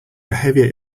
behavior